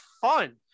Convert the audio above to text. fun